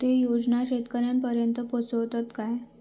ते योजना शेतकऱ्यानपर्यंत पोचतत काय?